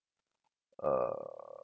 err